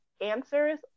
answers